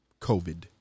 COVID